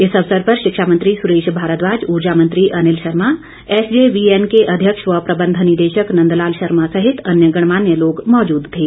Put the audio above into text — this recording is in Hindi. इस अवसर पर शिक्षा मंत्री सुरेश भारद्वाज ऊर्जा मंत्री अनिल शर्मा एसजेवीएन के अध्यक्ष व प्रबंध निदेशक नंद लाल शर्मा सहित अन्य गणमान्य लोग मौजूद थे